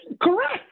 Correct